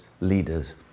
leaders